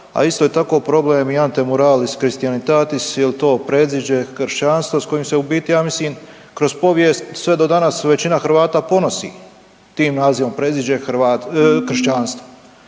a isto je tako problem i Antemuralis Christianitatis jel to predziđe kršćanstva s kojim se u biti ja mislim kroz povijest sve do danas većina Hrvata ponosi tim nazivom predziđe kršćanstva.